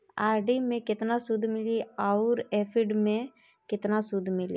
RD मे केतना सूद मिली आउर एफ.डी मे केतना सूद मिली?